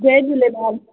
Jay Jhulelal